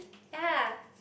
yea